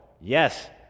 yes